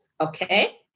Okay